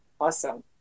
Awesome